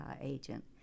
agent